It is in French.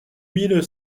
mille